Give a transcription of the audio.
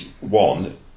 One